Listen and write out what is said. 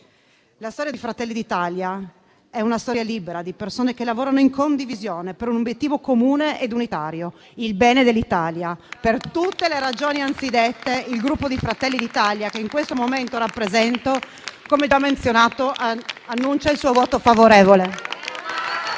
La storia di Fratelli d’Italia è una storia libera di persone che lavorano in condivisione per un obiettivo comune ed unitario, il bene dell’Italia. Per tutte le ragioni anzidette, il Gruppo Fratelli d’Italia, che in questo momento rappresento, come già anticipato, annuncia il suo voto favorevole.